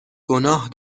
گناه